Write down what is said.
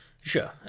Sure